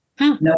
No